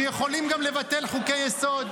שיכולים גם לבטל חוקי-יסוד.